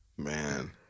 Man